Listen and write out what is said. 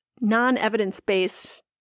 non-evidence-based